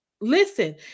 Listen